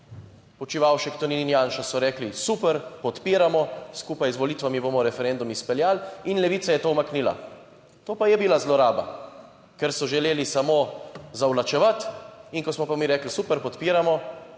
Počivalšek, Tonin in Janša so rekli, super, podpiramo, skupaj z volitvami bomo referendum izpeljali in Levica je to umaknila. To pa je bila zloraba, ker so želeli samo zavlačevati. In ko smo pa mi rekli super, podpiramo